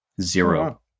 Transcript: Zero